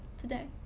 today